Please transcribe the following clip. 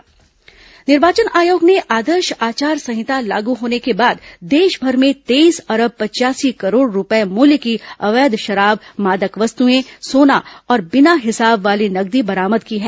निर्वाचन आयोग जब्त निर्वाचन आयोग ने आदर्श आचार संहिता लागू होने के बाद देश भर में तेईस अरब पच्यासी करोड़ रूपये मूल्य की अवैध शराब मादक वस्तुएं सोना और बिना हिसाब वाली नकदी बरामद की है